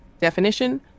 definition